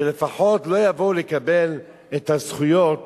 שלפחות לא יבואו לקבל את הזכויות